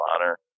Honor